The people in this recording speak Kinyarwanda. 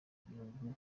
gihugu